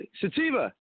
Sativa